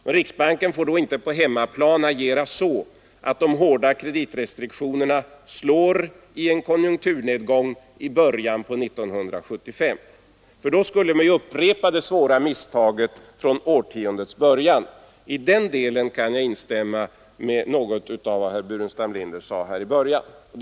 Men riksbanken får då inte på hemmaplan agera så att de hårda kreditrestriktionerna slår i en konjunkturnedgång 1975. Då upprepas det svåra misstaget från årtiondets början. I den delen kan jag instämma i något av vad herr Burenstam Linder tidigare sagt.